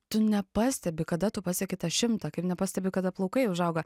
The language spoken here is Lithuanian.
tu nepastebi kada tu pasieki tą šimtą kaip nepastebi kada plaukai užauga